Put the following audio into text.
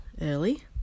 early